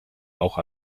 auch